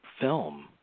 film